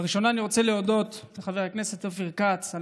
בראשונה אני רוצה להודות לחבר הכנסת אופיר כץ על